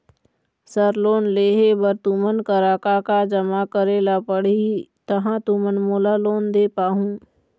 Sir loan लेहे बर तुमन करा का का जमा करें ला पड़ही तहाँ तुमन मोला लोन दे पाहुं?